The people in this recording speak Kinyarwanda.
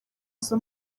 izo